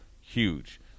huge